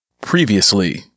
Previously